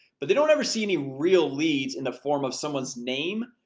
but they don't ever see any real leads in the form of someone's name,